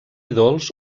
dolç